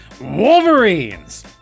Wolverines